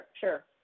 sure